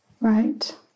right